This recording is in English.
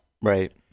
Right